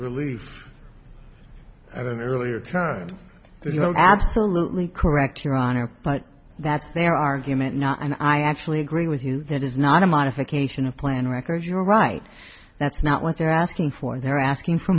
don't earlier you know absolutely correct your honor but that's their argument now and i actually agree with you that is not a modification of plan records you're right that's not what they're asking for they're asking for